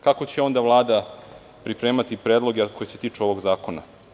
Kako će onda Vlada pripremati predloge koji se tiču ovog zakona?